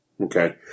Okay